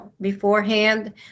beforehand